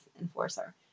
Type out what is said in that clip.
enforcer